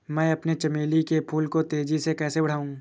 मैं अपने चमेली के फूल को तेजी से कैसे बढाऊं?